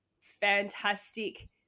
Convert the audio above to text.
fantastic